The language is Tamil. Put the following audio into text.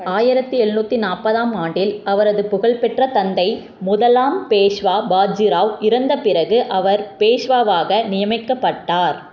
ஆயிரத்தி எழுநூற்றி நாற்பதாம் ஆண்டில் அவரது புகழ்பெற்ற தந்தை முதலாம் பேஷ்வா பாஜிராவ் இறந்த பிறகு அவர் பேஷ்வாவாக நியமிக்கப்பட்டார்